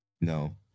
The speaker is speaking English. No